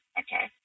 okay